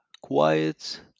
quiet